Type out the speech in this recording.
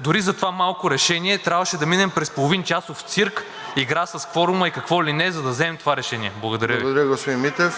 дори за това малко решение трябваше да минем през половинчасов цирк, игра с кворума и какво ли не, за да вземем това решение? Благодаря Ви. ПРЕДСЕДАТЕЛ РОСЕН